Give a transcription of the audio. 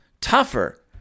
tougher